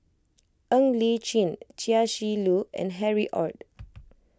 Ng Li Chin Chia Shi Lu and Harry Ord